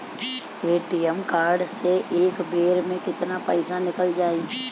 ATM card से एक बेर मे केतना पईसा निकल जाई?